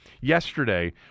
yesterday